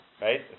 right